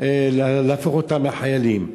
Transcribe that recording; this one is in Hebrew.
להפוך אותם לחיילים.